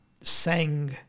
sang